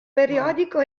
periodico